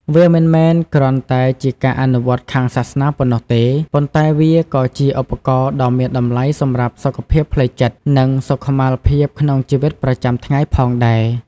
វាមិនមែនគ្រាន់តែជាការអនុវត្តន៍ខាងសាសនាប៉ុណ្ណោះទេ ប៉ុន្តែវាក៏ជាឧបករណ៍ដ៏មានតម្លៃសម្រាប់សុខភាពផ្លូវចិត្ត និងសុខុមាលភាពក្នុងជីវិតប្រចាំថ្ងៃផងដែរ។